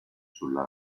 sulla